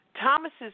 Thomas's